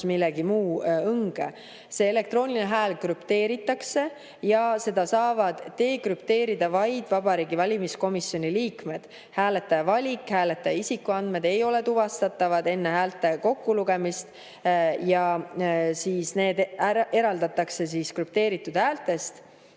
kellegi õnge. Elektrooniline hääl krüpteeritakse ja seda saavad dekrüpteerida vaid Vabariigi Valimiskomisjoni liikmed. Hääletaja valik, hääletaja isikuandmed ei ole tuvastatavad enne häälte kokkulugemist. Ja siis need eraldatakse krüpteeritud häältest